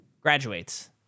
Graduates